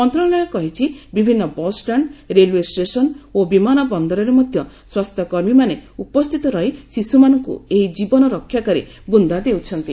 ମନ୍ତ୍ରଣାଳୟ କହିଛି ବିଭିନ୍ନ ବସ୍ଷାଣ୍ଡ ରେଲୱେ ଷ୍ଟେସନ ଓ ବିମାନବନ୍ଦରରେ ମଧ୍ୟ ସ୍ୱାସ୍ଥ୍ୟକର୍ମୀମାନେ ଉପସ୍ଥିତ ରହି ଶିଶୁମାନଙ୍କୁ ଏହି ଜୀବନ ରକ୍ଷାକାରୀ ବୁନ୍ଦା ଦେଉଛନ୍ତି